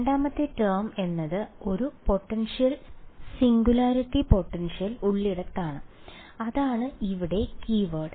രണ്ടാമത്തെ ടേം എന്നത് ഒരു പോട്ടൻഷ്യൽ സിംഗുലാരിറ്റി പൊട്ടൻഷ്യൽ ഉള്ളിടത്താണ് അതാണ് ഇവിടെ കീവേഡ്